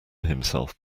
himself